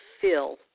fill